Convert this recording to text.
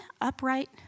upright